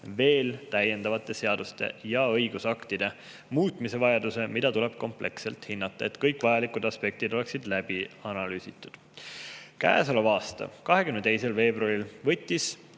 veel täiendavate seaduste ja õigusaktide muutmise vajaduse, mida tuleb kompleksselt hinnata, et kõik vajalikud aspektid oleksid läbi analüüsitud. Käesoleva aasta 22. veebruaril võttis